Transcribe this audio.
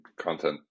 content